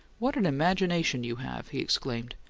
what an imagination you have! he exclaimed.